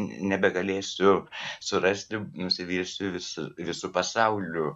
nebegalėsiu surasti nusivilsiu su visu pasauliu